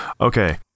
Okay